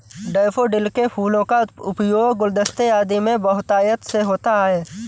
daffodil के फूलों का उपयोग गुलदस्ते आदि में बहुतायत से होता है